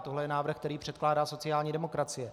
Tohle je návrh, který předkládá sociální demokracie.